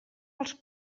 els